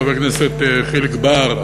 חבר הכנסת חיליק בר,